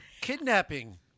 Kidnapping